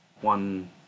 One